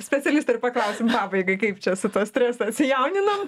specialisto ir paklausim pabaigai kaip čia su tuo stresu atsijauninam